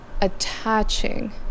attaching